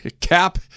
Cap